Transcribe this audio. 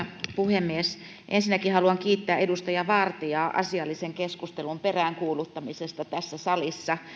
puhemies ensinnäkin haluan kiittää edustaja vartiaa asiallisen keskustelun peräänkuuluttamisesta tässä salissa